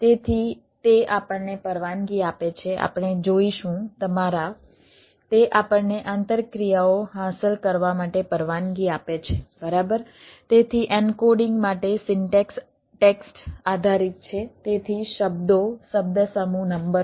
તેથી તે આપણને પરવાનગી આપે છે આપણે જોઈશું તમારા તે આપણને આંતરક્રિયાઓ હાંસલ કરવા માટે પરવાનગી આપે છે બરાબર